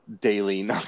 daily